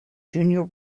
junior